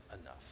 enough